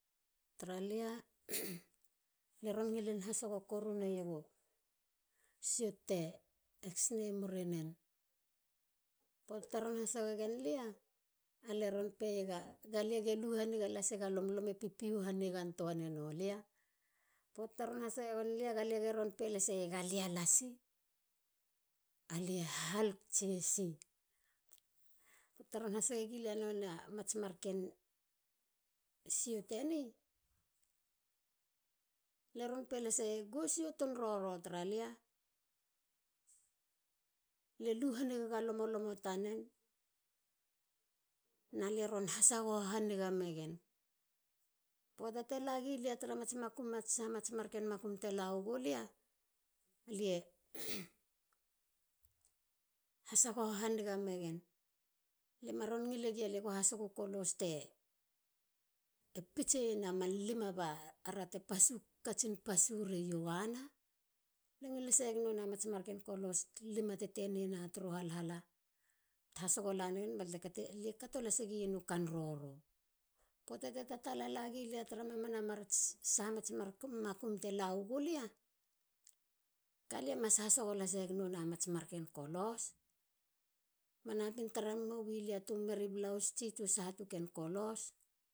Tara lia lie ron ngilin hasogo nega siot te x ni muri. nei teron hasogen a lia. lie ron ppeiega galia gelu hanigantoa las naiega lomolomo. pipihu ha nigantoa nano lia. Poata teron hasogen lia. galia ron peieg galia lasi. alia hulk tsi esi. teron hasogegilia nonei mats marken siot eni. lie ron pe laseieg gu siotin roro tra lia. lie lu hanigagga lomolomo tanen. nalia ron hasagoho ha niga megen. Poata te la gulia tra mats saha mats makum te la wagulia. hasasogo haniga megen. lie maron ngile gi. eh. lie go mas hasogu kolos te piteiena man lima bara te katsin pasu ri iogana. lie ngil haseieg nonei mar kolos. luma tetene na turu halhala. lie kato lase gen a kanroro. poata te tatagi lia tara mats saha mats makum. galia hasogo lasega mats kolos